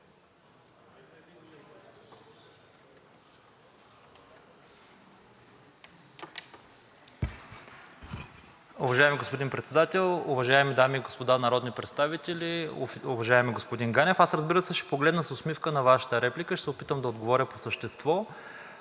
Уважаеми господин Председател, уважаеми дами и господа народни представители, уважаеми господин Ганев! Аз, разбира се, ще погледна с усмивка на Вашата реплика и ще се опитам да отговоря по същество.